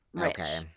okay